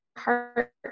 heart